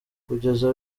kugeza